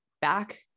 back